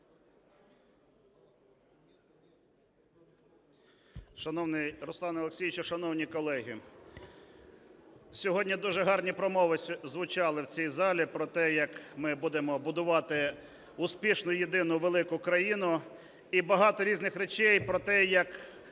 Шановний Руслане Олексійовичу, шановні колеги, сьогодні дуже гарні промови звучали в цій залі про те, як ми будемо будувати успішну єдину велику країну, і багато різних речей про те, як